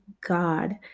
God